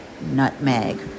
nutmeg